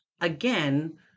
again